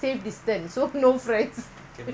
no